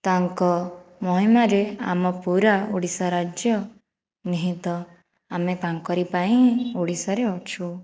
ତାଙ୍କ ମହିମାରେ ଆମ ପୁରା ଓଡ଼ିଶା ରାଜ୍ୟ ନିହିତ ଆମେ ତାଙ୍କରି ପାଇଁ ହିଁ ଓଡ଼ିଶାରେ ଅଛୁ